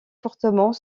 fortement